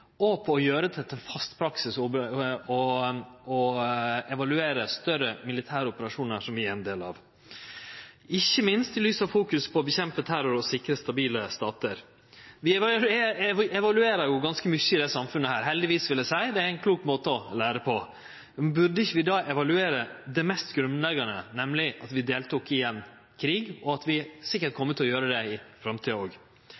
og om å gjere det til fast praksis å evaluere større militære operasjonar som vi er ein del av – ikkje minst i lys av det å kjempe mot terror og sikre stabile statar. Vi evaluerer jo ganske mykje i dette samfunnet. Heldigvis, vil eg seie. Det er ein klok måte å lære på. Burde vi ikkje då evaluere det mest grunnleggjande – nemleg at vi deltok i ein krig, og at vi sikkert